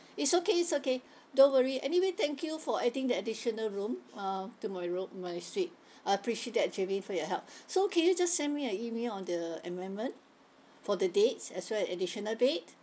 it's okay it's okay don't worry anyway thank you for adding the additional room uh to my room my suite I appreciate that jermaine for your help so can you just send me a email on the amendment for the dates as well an additional bed